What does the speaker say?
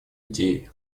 идеи